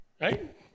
Right